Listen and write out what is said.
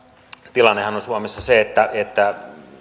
tilannehan on suomessa se että että